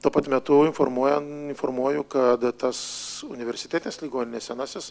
tuo pat metu informuojan informuoju kada tas universitetinės ligoninės senasis